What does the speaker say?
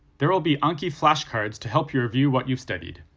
there will be anki flashcards to help you review what you've studied.